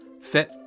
fit